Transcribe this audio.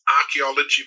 archaeology